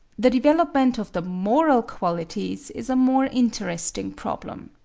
the development of the moral qualities is a more interesting problem.